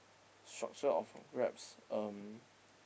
structure of Grabs um